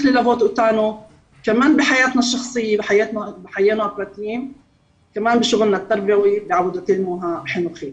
ללוות אותנו בחיינו הפרטיים ובעבודתנו החינוכית.